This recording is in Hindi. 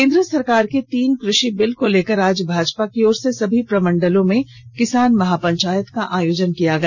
केन्द्र सरकार के तीन कृषि बिल को लेकर आज भाजपा की ओर से सभी प्रमंडलों में किसान महापंचायत का आयोजन किया गया